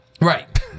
Right